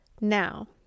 Now